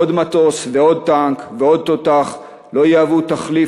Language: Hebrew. עוד מטוס ועוד טנק ועוד תותח לא יהוו תחליף